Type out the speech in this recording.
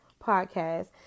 podcast